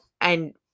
And-